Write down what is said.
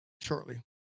shortly